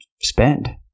spend